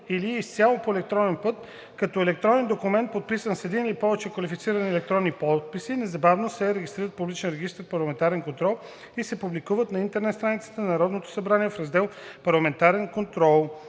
или изцяло по електронен път, като електронен документ, подписан с един или повече квалифицирани електронни подписи, незабавно се регистрират в публичен регистър „Парламентарен контрол“ и се публикуват на интернет страницата на Народното събрание в раздел